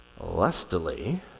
lustily